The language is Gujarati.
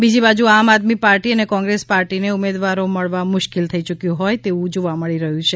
બીજી બાજુ આમ આદમી પાર્ટી અને કોંગ્રેસ પાર્ટીને ઉમેદવારો મળવા મુશ્કિલ થઈ યૂક્યું હોય તેવું જોવા મળી રહ્યું છે